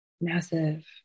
massive